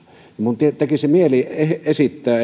minun tekisi mieli esittää